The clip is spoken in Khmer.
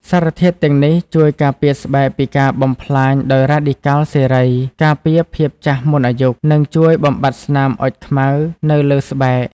សារធាតុទាំងនេះជួយការពារស្បែកពីការបំផ្លាញដោយរ៉ាឌីកាល់សេរី ការពារភាពចាស់មុនអាយុ និងជួយបំបាត់ស្នាមអុចខ្មៅនៅលើស្បែក។